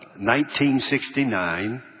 1969